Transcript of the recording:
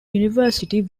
university